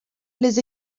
les